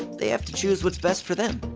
they have to choose what's best for them,